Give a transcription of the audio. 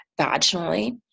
vaginally